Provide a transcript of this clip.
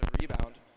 rebound